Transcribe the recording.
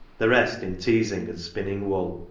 the rest in teazing and spinning wool,